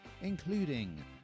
including